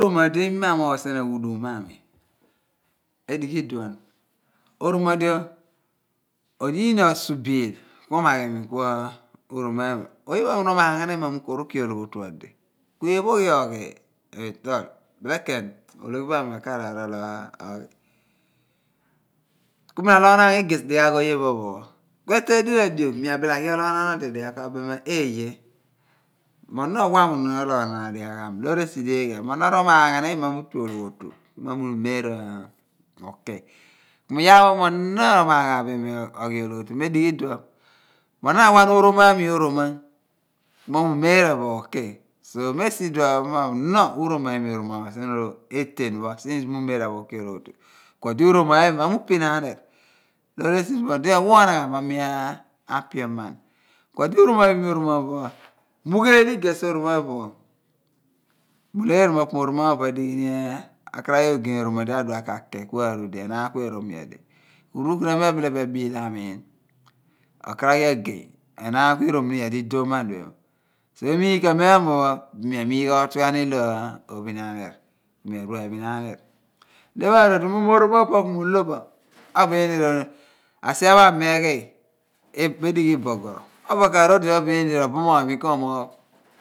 Mi a mooghaani sien aghuuduum mo a mi edigh idunon oroma di oniin osubiir kuumaagh i mi kuuromaimi oye pho phon ruumaahaan i mi mo mi uki ologho otu odi ku mi kooghi bilekeeny oologhi pho ami orool oghi kueteeny diniin adio ku mi raki ologhbo naan odi dighaagh kua beem mo eiyeh mo no owamuun ologhonaan adighaagh ami looresidi eeghe mo no rumaaghaan imi mo mi uki ologhotu odi ku mi umeera ukhi mo ono rawaghan o romaami oroma kumi umeera bo ukhi kues i iduon pho mo ono uromaimi sien eteen pho kuodi uroma imi mo miuphin aniir loor esi di odiowa onaghan mo miapioman kuo di uroma bo imi orma pho opo pho miugheeli i'ges oromapho poh pho a kaari adigh ogey oroma di adua kake kuaru di enaan kue kaar erom nyodi ku ruukunapho mi akaar bo a biila amiin enaan kuikaar eruom nyodi kuidighi ku emiigh kadiopho adiphe pho bin miamiigh ootughian ilo di mi ka dighi ku mi a pin a niir ku miaru aphin aniir dio pho a rodon mughumo o roma pho opoh pho ku mu lobo obo enii asia pho ami meeghi etueh edighi i boghoro obo eeni karodon obo mi ro i bumuuny mi koomoogh.